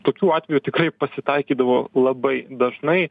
tokių atvejų tikrai pasitaikydavo labai dažnai